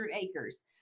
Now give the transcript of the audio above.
acres